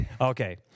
Okay